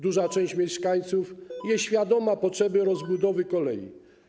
Duża część mieszkańców jest świadoma potrzeby rozbudowy kolei.